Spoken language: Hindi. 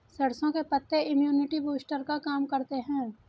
सरसों के पत्ते इम्युनिटी बूस्टर का काम करते है